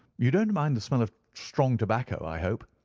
you don't mind the smell of strong tobacco, i hope?